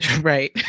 Right